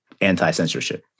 anti-censorship